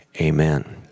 Amen